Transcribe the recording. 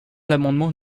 l’amendement